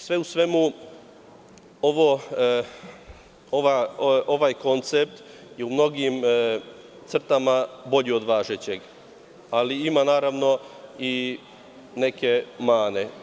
Sve u svemu, ovaj koncept je u mnogim crtama bolji od važećeg, ali ima naravno i neke mane.